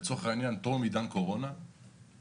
לצורך העניין בתום עידן הקורונה היינו